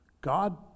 God